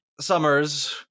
Summers